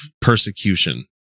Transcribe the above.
persecution